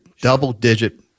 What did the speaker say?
double-digit